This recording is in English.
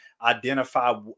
identify